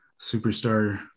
superstar